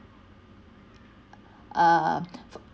err